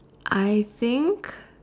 I think